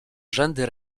rzędy